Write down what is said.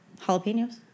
Jalapenos